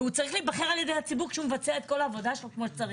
והוא צריך להיבחר על ידי הציבור כשהוא מבצע את כל העבודה שלו כמו שצריך.